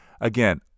Again